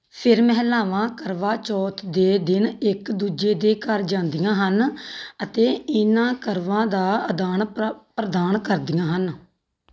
ਫਿਰ ਮਹਿਲਾਵਾਂ ਕਰਵਾ ਚੌਥ ਦੇ ਦਿਨ ਇੱਕ ਦੂਜੇ ਦੇ ਘਰ ਜਾਂਦੀਆਂ ਹਨ ਅਤੇ ਇਨ੍ਹਾਂ ਕਰਵਾ ਦਾ ਆਦਾਨ ਪ ਪ੍ਰਦਾਨ ਕਰਦੀਆਂ ਹਨ